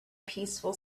peaceful